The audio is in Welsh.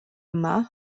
yma